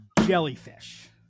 jellyfish